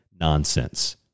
nonsense